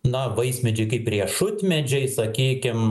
na vaismedžiai kaip riešutmedžiai sakykim